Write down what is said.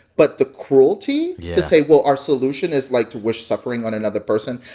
but the cruelty to say well, our solution is, like, to wish suffering on another person,